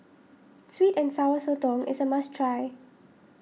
Sweet and Sour Sotong is a must try